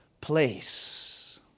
place